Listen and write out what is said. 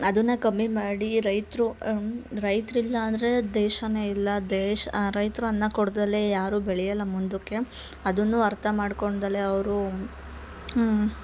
ಅದನ್ನ ಕಮ್ಮಿ ಮಾಡಿ ರೈತರು ರೈತ್ರಿಲ್ಲಾಂದರೆ ದೇಶನೇ ಇಲ್ಲ ದೇಶ ರೈತರು ಅನ್ನ ಕೊಡ್ದಲೇ ಯಾರು ಬೆಳೆಯಲ್ಲ ಮುಂದುಕೆ ಅದನ್ನು ಅರ್ಥ ಮಾಡ್ಕೊಳ್ದಲೇ ಅವರು ಹ್ಞೂ